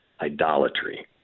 idolatry